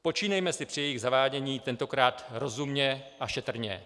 Počínejme si při jejich zavádění tentokrát rozumně a šetrně.